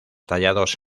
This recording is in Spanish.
tallados